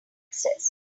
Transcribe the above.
access